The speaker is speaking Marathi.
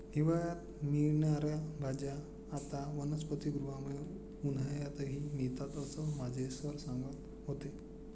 हिवाळ्यात मिळणार्या भाज्या आता वनस्पतिगृहामुळे उन्हाळ्यातही मिळतात असं माझे सर सांगत होते